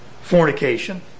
fornication